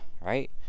right